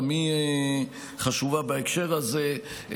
גם היא חשובה בהקשר הזה,